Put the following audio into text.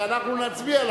ואנחנו נצביע על